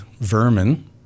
vermin